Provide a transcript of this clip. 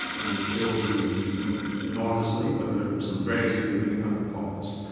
and the bills range enormously but there are some very significant out-of-pockets.